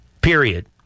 period